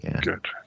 Good